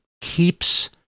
keeps